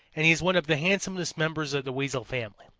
and he is one of the handsomest members of the weasel family.